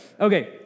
Okay